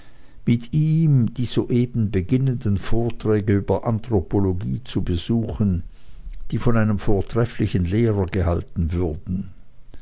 mit ihm die soeben beginnenden vorträge über anthropologie zu besuchen die von einem vortrefflichen lehrer gehalten würden